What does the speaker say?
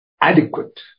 adequate